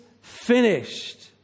finished